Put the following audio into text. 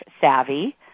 savvy